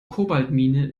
kobaltmine